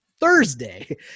thursday